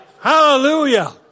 Hallelujah